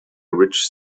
rich